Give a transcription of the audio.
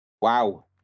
wow